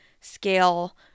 scale